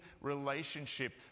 relationship